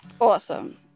Awesome